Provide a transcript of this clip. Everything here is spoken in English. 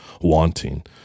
wanting